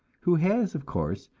who has, of course,